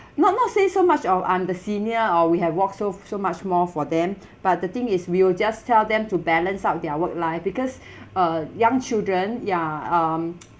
not not say so much of I'm the senior or we have walked so so much more for them but the thing is we will just tell them to balance out their work life because uh young children ya um